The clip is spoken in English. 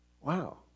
Wow